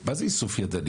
מה זה איסוף ידני?